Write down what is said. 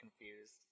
confused